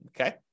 Okay